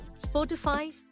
Spotify